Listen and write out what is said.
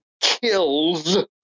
kills